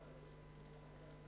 רצוני לשאול: